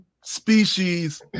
species